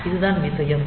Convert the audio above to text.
இது தான் விஷயம்